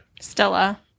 Stella